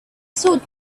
sword